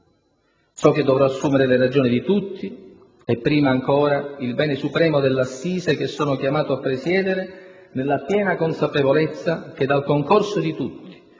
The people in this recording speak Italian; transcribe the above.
So che dovrò assumere le ragioni di tutti e prima ancora il bene supremo dell'Assise che sono chiamato a presiedere, nella piena consapevolezza che dal concorso di tutti